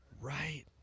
right